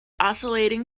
oscillating